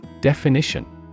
Definition